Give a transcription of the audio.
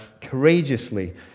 courageously